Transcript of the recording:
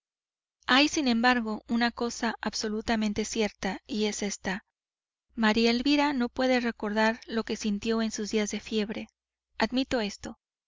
hay sin embargo una cosa absolutamente cierta y es ésta maría elvira puede no recordar lo que sintió en sus días de fiebre admito esto